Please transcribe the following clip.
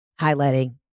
highlighting